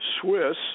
Swiss